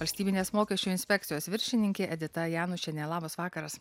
valstybinės mokesčių inspekcijos viršininkė edita janušienė labas vakaras